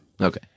Okay